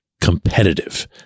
competitive